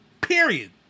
Period